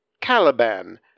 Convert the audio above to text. Caliban